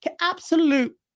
absolute